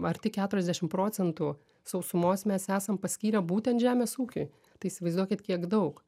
arti keturiasdešimt procentų sausumos mes esam paskyrę būtent žemės ūkiui tai įsivaizduokit kiek daug